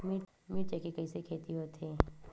मिर्च के कइसे खेती होथे?